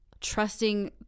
trusting